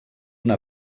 una